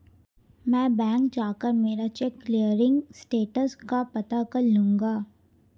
मैं बैंक जाकर मेरा चेक क्लियरिंग स्टेटस का पता कर लूँगा